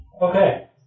Okay